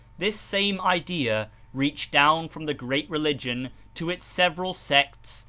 this same idea reached down from the great religion to its several sects,